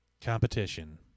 competition